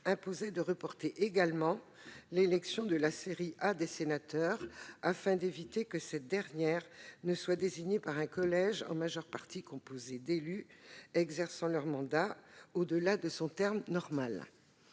imposait de reporter également l'élection de la série A des sénateurs afin d'éviter que cette dernière ne soit désignée par un collège en majeure partie composée d'élus exerçant leur mandat au-delà de son terme normal